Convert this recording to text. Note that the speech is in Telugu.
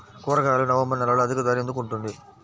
కూరగాయలు నవంబర్ నెలలో అధిక ధర ఎందుకు ఉంటుంది?